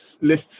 list